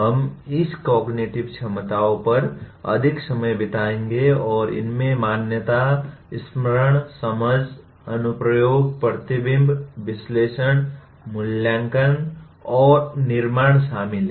हम इस कॉग्निटिव क्षमताओं पर अधिक समय बिताएंगे और इनमें मान्यता स्मरण समझ अनुप्रयोग प्रतिबिंब विश्लेषण मूल्यांकन और निर्माण शामिल हैं